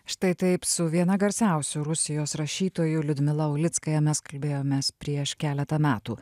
štai taip su viena garsiausių rusijos rašytojų liudmila ulickaja mes kalbėjomės prieš keletą metų